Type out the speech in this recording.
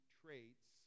traits